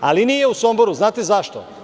Ali, nije u Somboru, znate li zašto?